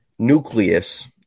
Nucleus